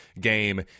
game